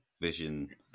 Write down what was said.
vision